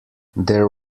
there